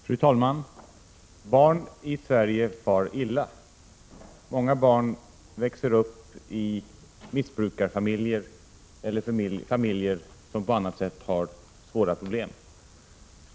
Fru talman! Barn i Sverige far illa. Många barn växer upp i missbrukarfamiljer eller i familjer som på annat sätt har svåra problem.